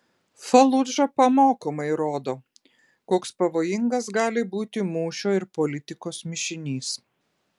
faludža pamokomai rodo koks pavojingas gali būti mūšio ir politikos mišinys